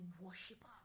worshiper